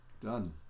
done